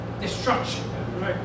destruction